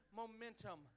momentum